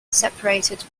separated